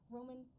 Roman